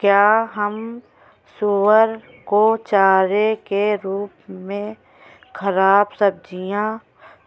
क्या हम सुअर को चारे के रूप में ख़राब सब्जियां